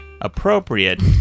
appropriate